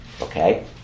Okay